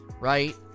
right